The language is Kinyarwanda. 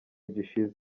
gishize